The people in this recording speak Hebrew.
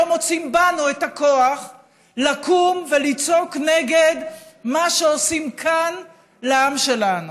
לא מוצאים בנו את הכוח לקום ולצעוק נגד מה שעושים כאן לעם שלנו.